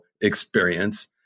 experience